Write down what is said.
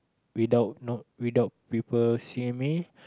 without no without people seeing me